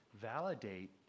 validate